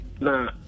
Now